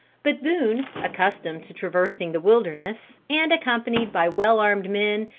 but boone, accustomed to traversing the wilderness, and accompanied by well armed men,